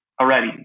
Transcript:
already